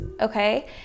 okay